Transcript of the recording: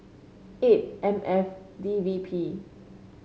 eight M F D V P